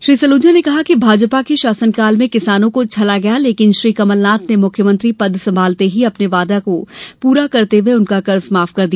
श्री सलूजा ने कहा कि भाजपा के शासनकाल में किसानों को छला गया लेकिन श्री कमलनाथ ने मुख्यमंत्री पद संभालते ही अपने वादे को पूरा करते हुआ उनका कर्ज माफ कर दिया